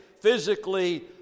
physically